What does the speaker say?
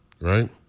right